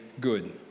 good